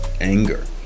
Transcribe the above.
Anger